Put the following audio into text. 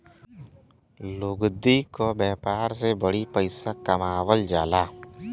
लुगदी क व्यापार से बड़ी पइसा कमावल जाला